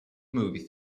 movie